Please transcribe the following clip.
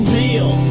real